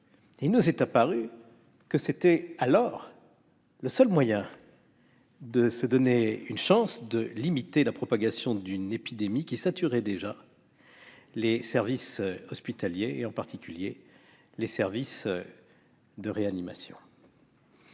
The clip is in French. lui est apparu alors que c'était le seul moyen de se donner une chance de limiter la propagation d'une épidémie qui saturait déjà les services hospitaliers et, en particulier, les services de réanimation.